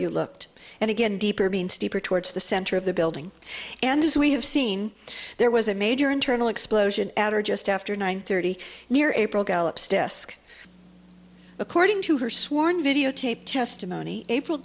you looked and again deeper being steeper towards the center of the building and as we have seen there was a major internal explosion at or just after nine thirty near april gallops desk according to her sworn videotape testimony april